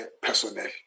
personnel